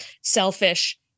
selfish